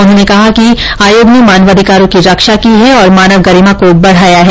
उन्होंने कहा कि आयोग ने मानवाधिकारों की रक्षा की है और मानव गरिमा को बढ़ाया है